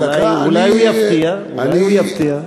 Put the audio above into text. אולי הוא יפתיע, אולי הוא יפתיע.